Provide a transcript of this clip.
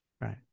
Right